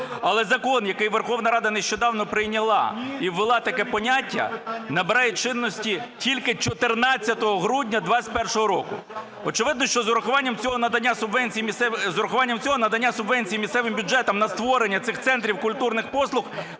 Але закон, який Верховна Рада нещодавно прийняла і ввела таке поняття, набирає чинності тільки 14 грудня 2021 року. Очевидно, що з урахуванням цього надання субвенцій місцевим бюджетам на створення цих центрів культурних послуг